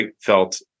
felt